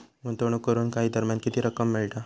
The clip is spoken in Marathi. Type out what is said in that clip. गुंतवणूक करून काही दरम्यान किती रक्कम मिळता?